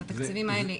את התקציבים האלה,